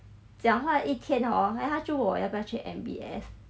讲话一天 hor then 他就问我要不要去 M_B_S